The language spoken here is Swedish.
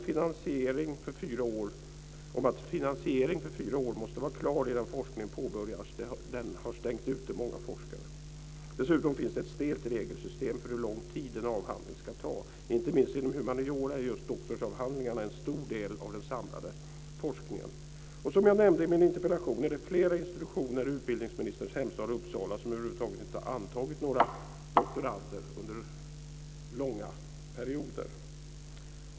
Reglerna om att finansiering för fyra år måste vara klar innan forskningen påbörjas har stängt ute många forskare. Dessutom finns det ett stelt regelsystem för hur lång tid en avhandling ska ta, inte minst inom humaniora är just doktorsavhandlingarna en stor del av den samlade forskningen. Som jag nämnde i min interpellation är det flera institutioner i utbildningsministerns hemstad Uppsala som över huvud taget inte antagit några nya doktorander under långa perioder.